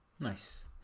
nice